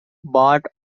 bart